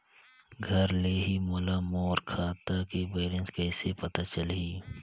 घर ले ही मोला मोर खाता के बैलेंस कइसे पता चलही?